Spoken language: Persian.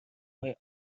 های